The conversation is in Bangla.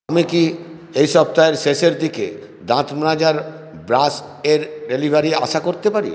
আমি কি এই সপ্তাহের শেষের দিকে দাঁত মাজার ব্রাশ এর ডেলিভারি আশা করতে পারি